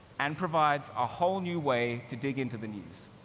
and provides a whole new way to dig into the news.